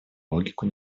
логику